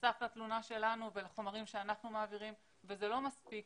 בנוסף לתלונה שלנו ולחומרים שאנחנו מעבירים וזה לא מספיק